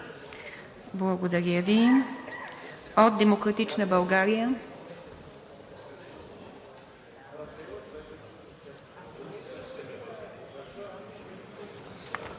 Благодаря Ви. От „Демократична България“.